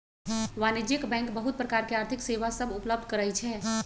वाणिज्यिक बैंक बहुत प्रकार के आर्थिक सेवा सभ उपलब्ध करइ छै